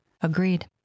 Agreed